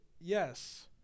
yes